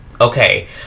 Okay